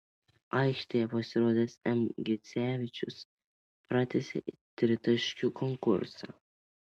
aikštėje pasirodęs m gecevičius pratęsė tritaškių konkursą